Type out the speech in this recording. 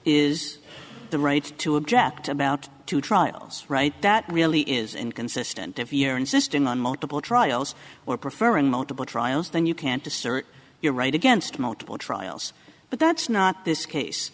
is the right to object about two trials right that really is inconsistent of year insisting on multiple trials or prefer in multiple trials then you can't assert you're right against multiple trials but that's not this case